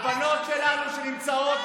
הבנות שלנו שנמצאות,